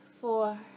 Four